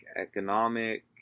economic